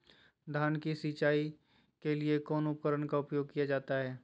धान की सिंचाई के लिए कौन उपकरण का उपयोग किया जाता है?